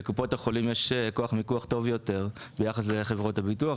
לקופות החולים יש כוח מיקוח טוב יותר ביחס לחברות הביטוח,